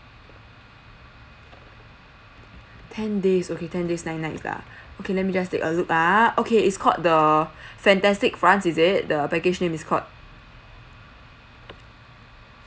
ten days okay ten days nine nights lah okay let me just take a look ah okay is called the fantastic france is it the package name is called